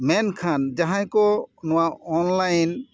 ᱢᱮᱱᱠᱷᱟᱱ ᱡᱟᱦᱟᱸᱭ ᱠᱚ ᱱᱚᱣᱟ ᱚᱱᱞᱟᱭᱤᱱ